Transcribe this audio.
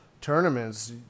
tournaments